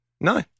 No